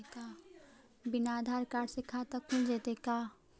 बिना आधार कार्ड के खाता खुल जइतै का?